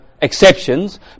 exceptions